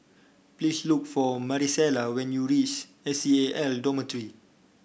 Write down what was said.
please look for Marisela when you reach S C A L Dormitory